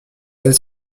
elles